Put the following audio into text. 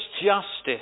justice